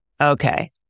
Okay